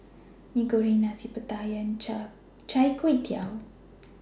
Mee Goreng Nasi Pattaya and Chai Tow Kway